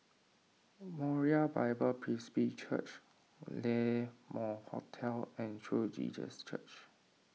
Moriah Bible Presby Church La Mode Hotel and True Jesus Church